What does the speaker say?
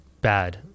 bad